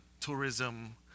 tourism